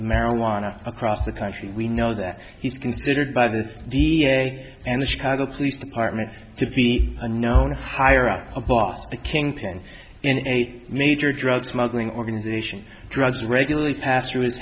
marijuana across the country we know that he's considered by the the n r a and the chicago police department to be a known hire out of boston a kingpin in a major drug smuggling organization drugs regularly passed through his